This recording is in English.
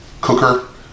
cooker